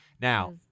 Now